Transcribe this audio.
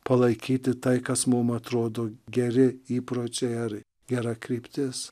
palaikyti tai kas mums atrodo geri įpročiai ar gera kryptis